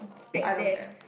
I don't care